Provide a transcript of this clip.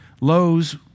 Lowe's